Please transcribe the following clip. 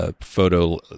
photo